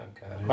Okay